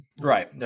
Right